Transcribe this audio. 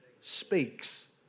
speaks